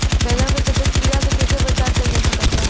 बैगन पर सफेद कीड़ा से कैसे बचाव कैल जा सकत बा?